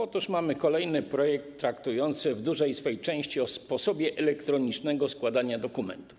Otóż mamy kolejny projekt traktujący w dużej swej części o sposobie elektronicznego składania dokumentów.